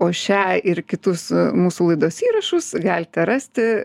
o šią ir kitus mūsų laidos įrašus galite rasti